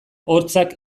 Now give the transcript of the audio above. hotzak